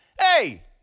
Hey